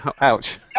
Ouch